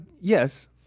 Yes